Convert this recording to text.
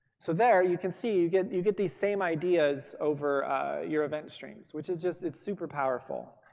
so there, you can see you get you get these same ideas over your event streams which is just, it's super-powerful.